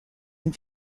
and